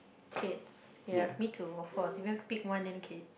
kids ya me too of course we have to pick one then kids